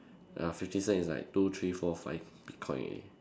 ya fifty cents is like two three four five bitcoin already